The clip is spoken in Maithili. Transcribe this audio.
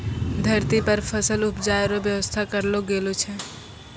धरती पर फसल उपजाय रो व्यवस्था करलो गेलो छै